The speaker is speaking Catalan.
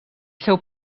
seu